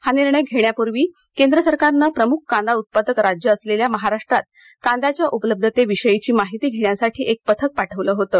हा निर्णय घेण्यापूर्वी केंद्र सरकारनं प्रमुख कांदा उत्पादक राज्य असलेल्या महाराष्ट्रात कांद्याच्या उपलब्धतेविषयची माहिती घेण्यासाठी एक पथक पाठवलं होतं